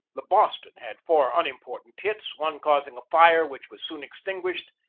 the boston had four unimportant hits, one causing a fire which was soon extinguished,